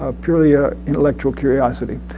ah purely ah intellectual curiosity.